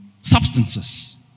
substances